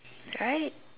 right